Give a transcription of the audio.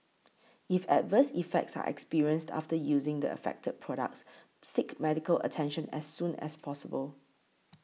if adverse effects are experienced after using the affected products seek medical attention as soon as possible